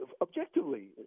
objectively